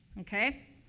Okay